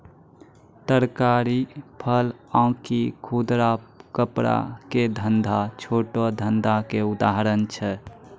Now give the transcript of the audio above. तरकारी, फल आकि खुदरा कपड़ा के धंधा छोटो धंधा के उदाहरण छै